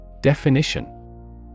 Definition